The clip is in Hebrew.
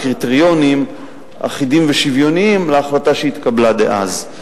קריטריונים אחידים ושוויוניים להחלטה שהתקבלה אז.